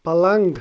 پلنٛگ